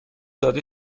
داده